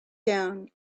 down